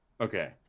Okay